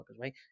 right